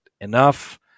Enough